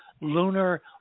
lunar